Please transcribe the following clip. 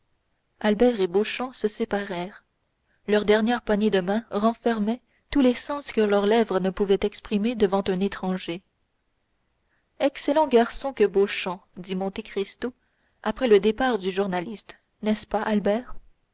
albert et beauchamp se séparèrent leur dernière poignée de main renfermait tous les sens que leurs lèvres ne pouvaient exprimer devant un étranger excellent garçon que beauchamp dit monte cristo après le départ du journaliste n'est-ce pas albert